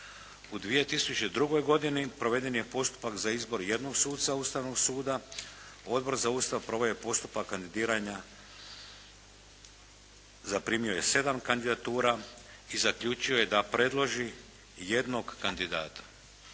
U 2002. godini proveden je postupak za izbor jednog suca Ustavnog suda. Odbor za Ustav proveo je postupak kandidiranja, zaprimio je 7 kandidatura i zaključio je da predloži jednog kandidata